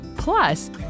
Plus